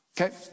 Okay